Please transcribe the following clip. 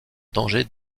danger